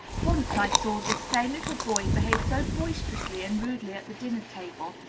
once i saw this same little boy behave so boisterously and rudely at the dinner-table,